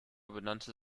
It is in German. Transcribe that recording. benannte